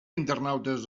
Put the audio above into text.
internautes